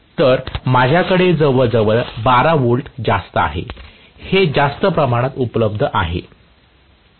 तर माझ्याकडे जवळजवळ 12 V जास्त आहे हे जास्त प्रमाणात उपलब्ध आहे